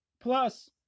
Plus